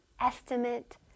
estimate